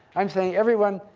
i'm saying everyone,